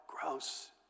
Gross